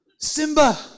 Simba